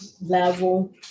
level